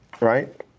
right